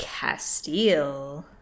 Castile